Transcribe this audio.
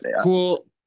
cool